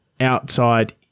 outside